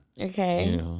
Okay